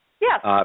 Yes